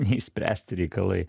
neišspręsti reikalai